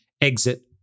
exit